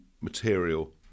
material